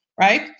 right